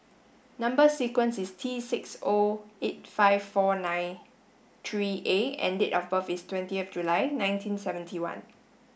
number sequence is T six O eight five four nine three A and date of birth is twentieth July nineteen seventy one